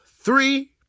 three